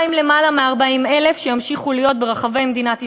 מה עם יותר מ-40,000 שימשיכו להיות ברחבי מדינת ישראל,